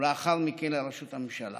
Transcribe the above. ולאחר מכן, לראשות הממשלה.